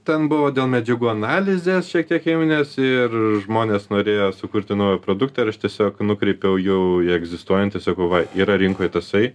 ten buvo dėl medžiagų analizės šiek tiek chenimės ir žmonės norėjo sukurti naują produktą ir aš tiesiog nukreipiau jau egzistuojantį sakau va yra rinkoj tasai